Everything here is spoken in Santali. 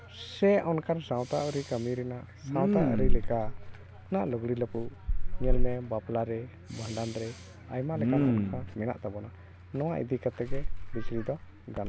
ᱥᱮ ᱚᱱᱠᱟᱱ ᱥᱟᱶᱛᱟ ᱟᱹᱨᱤ ᱠᱟᱹᱢᱤ ᱨᱮᱱᱟᱜ ᱥᱟᱶᱛᱟ ᱟᱹᱨᱤ ᱞᱮᱠᱟ ᱚᱱᱟ ᱞᱩᱜᱽᱲᱤ ᱞᱟᱯᱚ ᱧᱮᱞ ᱢᱮ ᱵᱟᱯᱞᱟ ᱨᱮ ᱵᱷᱟᱸᱰᱟᱱ ᱨᱮ ᱟᱭᱢᱟ ᱞᱮᱠᱟᱱ ᱚᱱᱠᱟᱱ ᱢᱮᱱᱟᱜ ᱛᱟᱵᱚᱱᱟ ᱱᱚᱣᱟ ᱤᱫᱤ ᱠᱟᱛᱮᱫ ᱠᱟᱛᱮᱫ ᱜᱮ ᱵᱮᱥᱤ ᱫᱚ